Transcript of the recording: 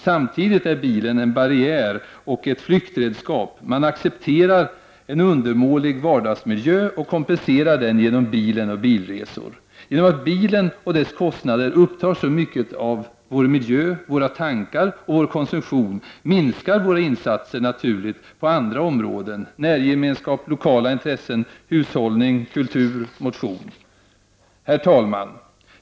Samtidigt är bilen en barriär och ett flyktredskap. Man accepterar en undermålig vardagsmiljö och kompenserar den genom bilen och bilresor. Genom att bilen och dess kostnader upptar så mycket av vår miljö, våra tankar och vår konsumtion minskar våra insatser på andra områden, närgemenskap, lokala intressen, hushållning, kultur och motion. Herr talman!